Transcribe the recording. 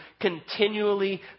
continually